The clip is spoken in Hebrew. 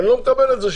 אני לא מקבל את זה,